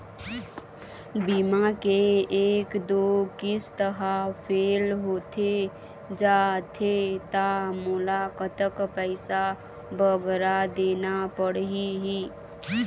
बीमा के एक दो किस्त हा फेल होथे जा थे ता मोला कतक पैसा बगरा देना पड़ही ही?